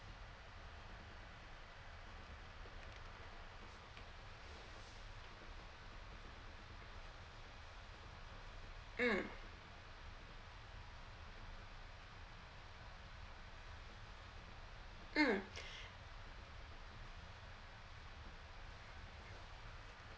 mm mm